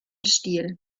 stil